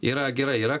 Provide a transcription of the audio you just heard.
yra gerai yra